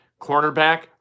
cornerback